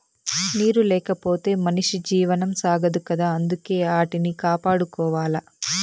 నీరు లేకపోతె మనిషి జీవనం సాగదు కదా అందుకే ఆటిని కాపాడుకోవాల